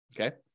Okay